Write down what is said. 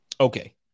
Okay